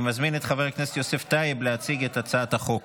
אני מזמין את חבר הכנסת יוסף טייב להציג את הצעת החוק.